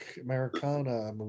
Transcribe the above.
Americana